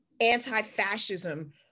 anti-fascism